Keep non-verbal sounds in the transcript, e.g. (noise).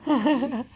(laughs)